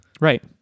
right